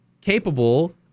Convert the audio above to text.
capable